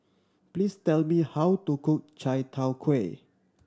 please tell me how to cook chai tow kway